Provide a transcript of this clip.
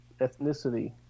ethnicity